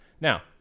Now